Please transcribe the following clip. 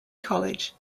college